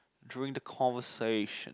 during the conversation